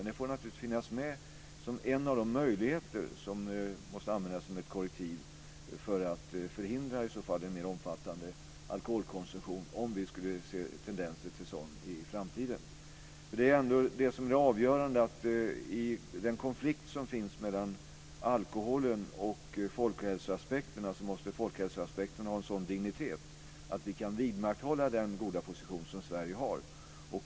Men detta får naturligtvis finnas med som en av de möjligheter som måste användas som ett korrektiv för att förhindra en mer omfattande alkoholkonsumtion, om vi skulle se tendenser till en sådan i framtiden. Det avgörande är att i den konflikt som finns mellan alkoholen och folkhälsoaspekterna måste folkhälsoaspekterna ha en sådan dignitet att vi kan vidmakthålla den goda position som Sverige har.